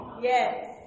Yes